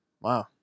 wow